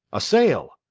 a sail.